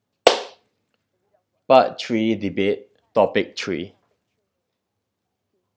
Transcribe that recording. part three debate topic three